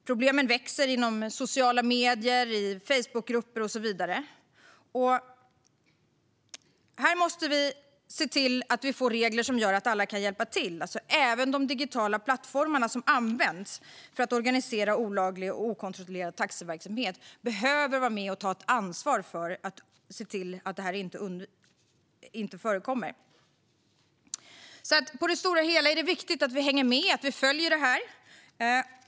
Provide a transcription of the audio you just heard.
Problemen växer inom sociala medier, i Facebookgrupper och så vidare. Här måste vi få regler som gör att alla kan hjälpa till. Även de digitala plattformar som används för att organisera olaglig och okontrollerad taxiverksamhet behöver vara med och ta ett ansvar för att se till att detta inte förekommer. På det stora hela är det alltså viktigt att vi hänger med och följer detta.